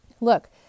Look